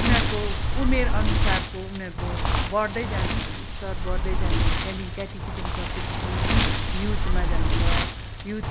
उनीहरूको उमेर अनुसारको उनीहरूको बढ्दै जान्छ है स्तर स्तर बढ्दै जान्छ त्यहाँदेखि क्याटटिजम सकेपछि युथमा जान्छ युथ